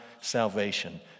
salvation